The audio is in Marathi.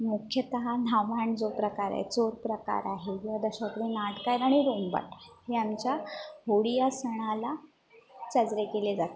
मुख्यतः धामाण जो प्रकार आहे चोर प्रकार आहे किंवा दशावतारी नाटकं आहेत आणि रोंबाट यांच्या होळी या सणाला साजरे केले जातात